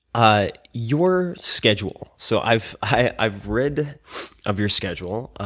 ah your schedule, so i've i've read of your schedule,